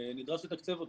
נדרש לתקצב אותו.